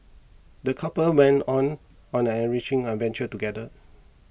the couple went on on an enriching adventure together